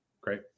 Great